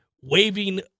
waving